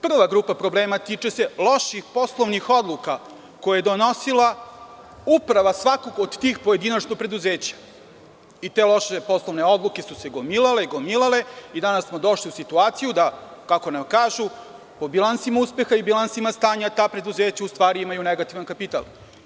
Prva grupa problema tiče se loših poslovnih odluka koje je donosila uprava svakog od tih pojedinačnih preduzeća i te loše poslovne odluke su se gomilale i danas smo došli u situaciju da kako nam kažu po bilansima uspeha i bilansima stanja, ta preduzeća u stvari imaju negativni kapital.